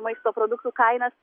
maisto produktų kainas